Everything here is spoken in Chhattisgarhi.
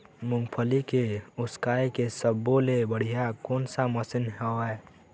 मूंगफली के उसकाय के सब्बो ले बढ़िया कोन सा मशीन हेवय?